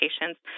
patients